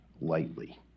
lightly